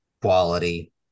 quality